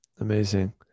amazing